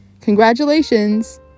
congratulations